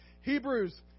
Hebrews